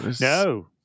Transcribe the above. No